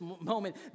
moment